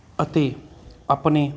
ਅਤੇ ਆਪਣੀ